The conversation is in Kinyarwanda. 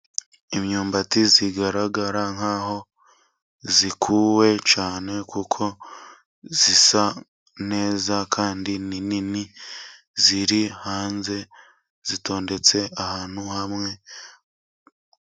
Imyumbati igaragara nkaho ikuwe cyane, kuko isa neza kandi ni minini iri hanze, itondetse ahantu hamwe.